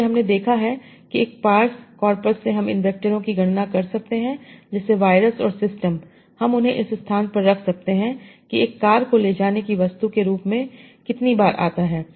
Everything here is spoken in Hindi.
इसलिए हमने देखा है कि एक पार्स कॉर्पस से हम इन वैक्टरों की गणना कर सकते हैं जैसे वायरस और सिस्टम हम उन्हें इस स्थान पर रख सकते हैं कि एक कार को ले जाने की वस्तु के रूप में कितनी बार आता है